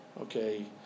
okay